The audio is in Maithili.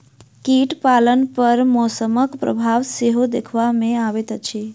कीट पालन पर मौसमक प्रभाव सेहो देखबा मे अबैत अछि